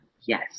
Yes